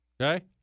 okay